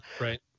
Right